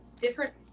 different